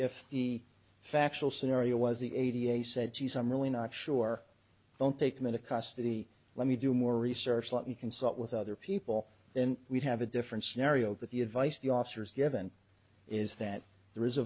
if the factual scenario was the a t f said jeez i'm really not sure i don't take them in a custody let me do more research let me consult with other people and we'd have a different scenario but the advice the officers given is that there is a